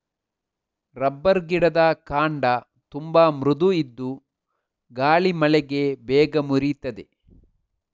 rubber ಗಿಡದ ಕಾಂಡ ತುಂಬಾ ಮೃದು ಇದ್ದು ಗಾಳಿ ಮಳೆಗೆ ಬೇಗ ಮುರೀತದೆ